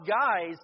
guys